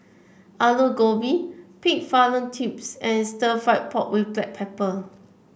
Aloo Gobi Pig Fallopian Tubes and Stir Fried Pork with Black Pepper